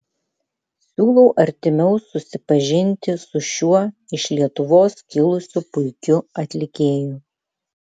siūlau artimiau susipažinti su šiuo iš lietuvos kilusiu puikiu atlikėju